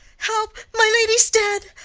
help! my lady's dead!